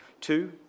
Two